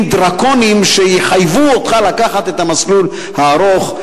דרקוניים שיחייבו אותך לקחת את המסלול הארוך.